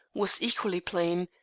was equally plain,